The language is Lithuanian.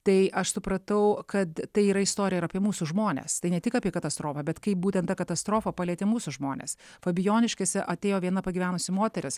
tai aš supratau kad tai yra istorija ir apie mūsų žmones tai ne tik apie katastrofą bet kaip būtent ta katastrofa palietė mūsų žmones fabijoniškėse atėjo viena pagyvenusi moteris